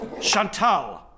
Chantal